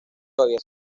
todavía